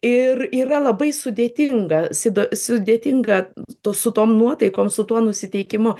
ir yra labai sudėtinga sido sudėtinga tu su tom nuotaikom su tuo nusiteikimu